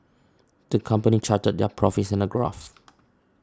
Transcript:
the company charted their profits in a graph